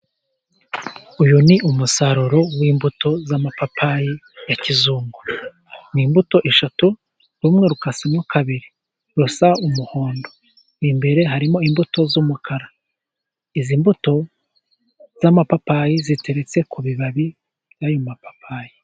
Uyu ni umusaruro w’imbuto z’amapapayi ya kizungu. Ni imbuto eshatu, rumwe rukasemo kabiri rusa umuhondo. Imbere harimo imbuto z’umukara. Izi mbuto z’amapapayi ziteretse ku bibabi by’ayo mapapayi.